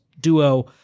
duo